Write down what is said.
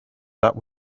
that